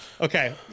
okay